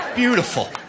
Beautiful